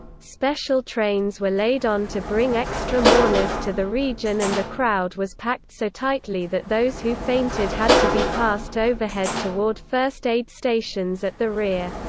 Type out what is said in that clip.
special trains were laid on to bring extra mourners to the region and the crowd was packed so tightly that those who fainted had to be passed overhead toward first-aid stations at the rear.